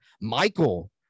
Michael